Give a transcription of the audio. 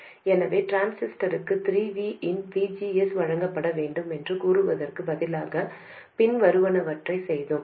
எனவே டிரான்சிஸ்டருக்கு 3 V இன் VGS வழங்கப்பட வேண்டும் என்று கூறுவதற்குப் பதிலாக பின்வருவனவற்றைச் செய்தோம்